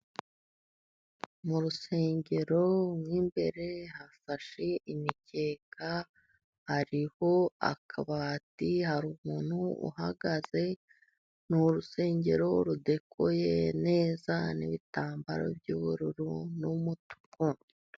Mu rusengero rw'imbere hafashe imikeka hariho akabati hari umuntu uhagaze n'urusengero rudekoye neza n'ibitambaro by'ubururu n'umutuku.